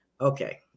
Okay